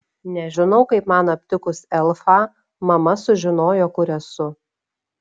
nežinau kaip man aptikus elfą mama sužinojo kur esu